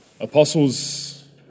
apostles